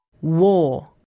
War